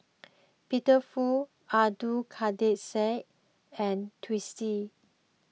Peter Fu Abdul Kadir Syed and Twisstii